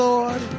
Lord